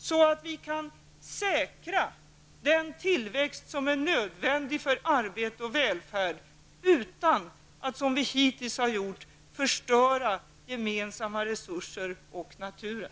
Därigenom kan vi säkra den tillväxt som är nödvändig för arbete och välfärd utan att som hittills förstöra gemensamma resurser och naturen.